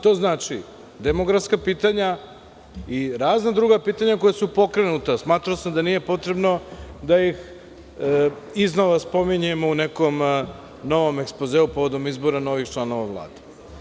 To znači, demografska pitanja i razna druga pitanja koja su pokrenuta smatrao sam da nije potrebno da ih iznova spominjemo u nekom novom ekspozeu povodom izbora novih članova Vlade.